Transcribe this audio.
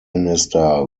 minister